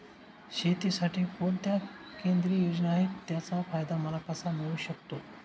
शेतीसाठी कोणत्या केंद्रिय योजना आहेत, त्याचा फायदा मला कसा मिळू शकतो?